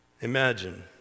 Imagine